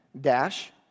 Dash